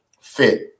fit